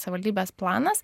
savivaldybės planas